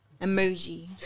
emoji